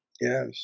Yes